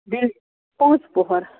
گرِ پانٛژھ پۄہَر